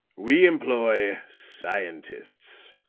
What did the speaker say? we employ scientists.